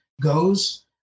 goes